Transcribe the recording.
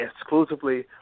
exclusively